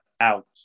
out